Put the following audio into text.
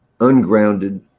ungrounded